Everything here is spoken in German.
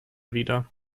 wieder